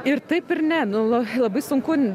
ir taip ir ne nu labai sunku